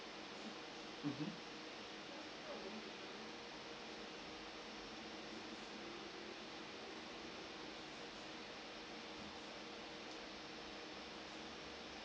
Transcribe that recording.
mmhmm